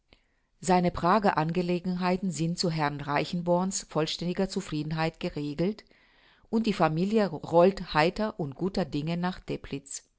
seine prager angelegenheiten sind zu herrn reichenborn's vollständiger zufriedenheit geregelt und die familie rollt heiter und guter dinge nach teplitz